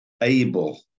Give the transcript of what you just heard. able